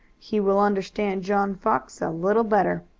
he will understand john fox a little better.